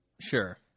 Sure